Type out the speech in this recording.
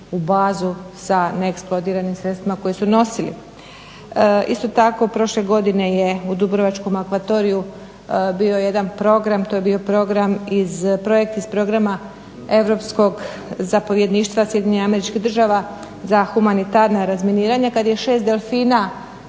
u bazu sa neeksplodiranim sredstvima koje su nosili. Isto tako prošle godine je u Dubrovačkom akvatoriju bio jedan program, to je bio program, projekt iz programa Europskog zapovjedništva SAD-a za humanitarna razminiranja kad je šest delfina